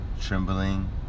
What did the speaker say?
trembling